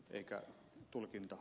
arvoisa puhemies